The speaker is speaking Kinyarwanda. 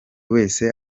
wese